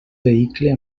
vehicle